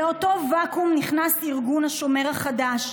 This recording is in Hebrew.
לאותו ואקום נכנס ארגון השומר החדש,